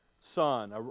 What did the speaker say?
son